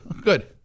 Good